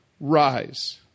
rise